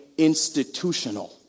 institutional